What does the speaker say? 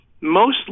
mostly